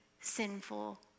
sinful